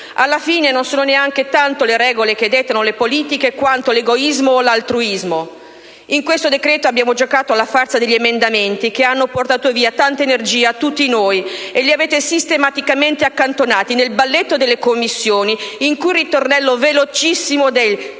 Alla fine non sono neanche tanto le regole che dettano le politiche, quanto l'egoismo o l'altruismo. Nel decreto-legge in esame abbiamo giocato alla farsa degli emendamenti, che hanno portato via tanta energia a tutti noi, e li avete sistematicamente accantonati nel balletto delle Commissioni con il ritornello velocissimo del: